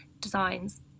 designs